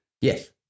Yes